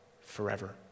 forever